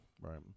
right